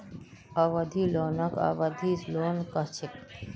अवधि लोनक सावधि लोन कह छेक